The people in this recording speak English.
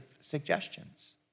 suggestions